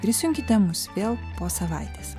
ir įsijunkite mus vėl po savaitės